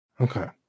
Okay